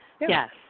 Yes